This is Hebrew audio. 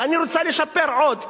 ואני רוצה לשפר עוד,